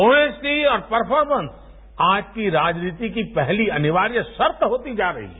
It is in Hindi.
ऑनेस्टी और परफोर्मेंस आज राजनीति की पहली अनिवार्य शर्त होती जा रही है